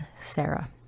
Sarah